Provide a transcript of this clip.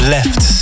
Left